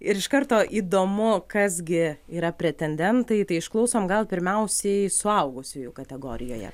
ir iš karto įdomu kas gi yra pretendentai tai išklausom gal pirmiausiai suaugusiųjų kategorijoje